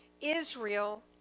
Israel